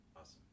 Awesome